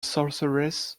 sorceress